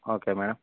okay madam